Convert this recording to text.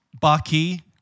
Bucky